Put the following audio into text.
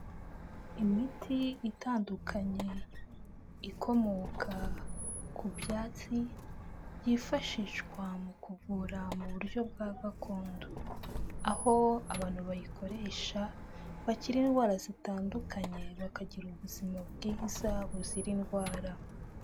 Imiti itandukanye ikomoka ku byatsi, yifashishwa mu kuvura mu buryo bwa gakondo, aho abantu bayikoresha bakira indwara zitandukanye, bakagira ubuzima bwiza buzira indwara.